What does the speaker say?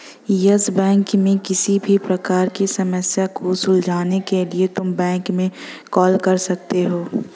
yes Bank में किसी भी प्रकार की समस्या को सुलझाने के लिए तुम बैंक में कॉल कर सकते हो